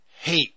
hate